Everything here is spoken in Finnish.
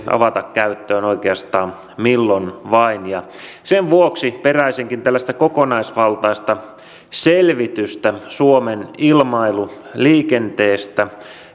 avata käyttöön oikeastaan milloin vain sen vuoksi peräisinkin tällaista kokonaisvaltaista selvitystä suomen ilmailuliikenteestä